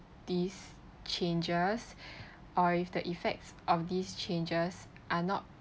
these changes or if the effects of these changes are not